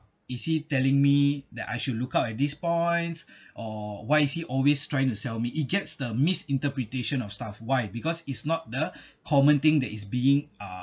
is he telling me that I should look out at these points or why is he always trying to sell me it gets the misinterpretation of stuff why because it's not the common thing that is being uh